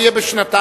מה יהיה בשנתיים?